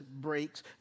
breaks